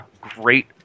great